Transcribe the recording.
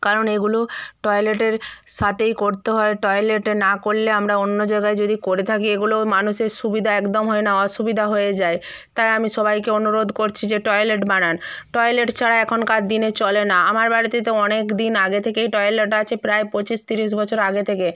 কারণ এগুলো টয়লেটের সাথেই করতে হয় টয়লেটে না করলে আমরা অন্য জায়গায় যদি করে থাকি এগুলো মানুষের সুবিধা একদম হয় না অসুবিধা হয়ে যায় তাই আমি সবাইকে অনুরোধ করছি যে টয়লেট বানান টয়লেট ছাড়া এখনকার দিনে চলে না আমার বাড়িতে তো অনেক দিন আগে থেকেই টয়লেট আছে প্রায় পঁচিশ তিরিশ বছর আগে থেকে